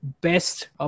best